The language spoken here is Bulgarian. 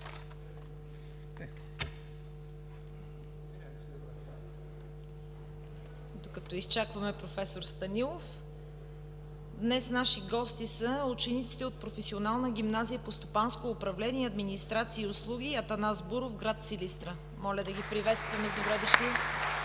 Докато изчакваме проф. Станилов, днес наши гости са учениците от Професионална гимназия по стопанско управление, администрация и услуги „Атанас Буров“ – град Силистра. Моля да ги приветстваме с „Добре дошли!“.